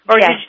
Yes